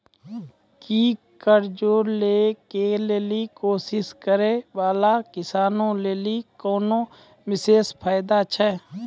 कि कर्जा लै के लेली कोशिश करै बाला किसानो लेली कोनो विशेष फायदा छै?